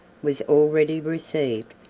was already received,